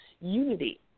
unity